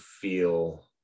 feel